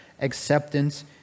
acceptance